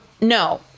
no